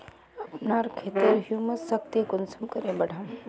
अपना खेतेर ह्यूमस शक्ति कुंसम करे बढ़ाम?